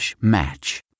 match